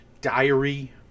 diary